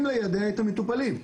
ליידע את המטופלים.